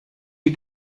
you